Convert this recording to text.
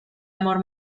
amor